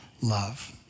love